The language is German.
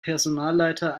personalleiter